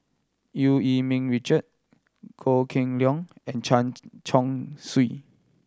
Eu Yee Ming Richard Goh Kheng Long and Chen Chong Swee